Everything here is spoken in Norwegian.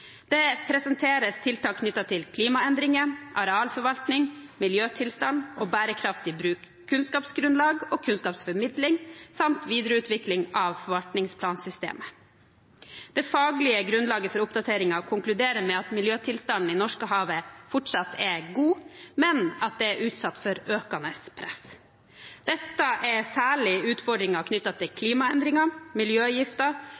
Det presenteres tiltak knyttet til klimaendringer, arealforvaltning, miljøtilstand, bærekraftig bruk, kunnskapsgrunnlag og kunnskapsformidling samt videreutvikling av forvaltningsplansystemet. Det faglige grunnlaget for oppdateringen konkluderer med at miljøtilstanden i Norskehavet fortsatt er god, men at det er utsatt for økende press. Dette er særlig utfordringer knyttet til